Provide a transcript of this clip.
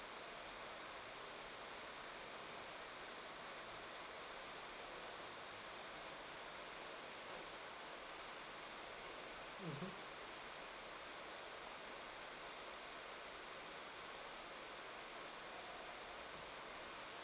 mmhmm